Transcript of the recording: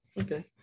Okay